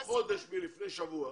אמרנו חודש מלפני שבוע.